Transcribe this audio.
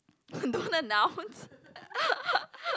don't announce